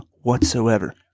whatsoever